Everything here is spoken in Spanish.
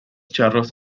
charros